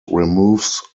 removes